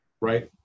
right